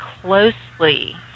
closely